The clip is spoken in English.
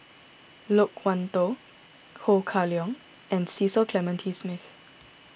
Loke Wan Tho Ho Kah Leong and Cecil Clementi Smith